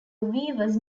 was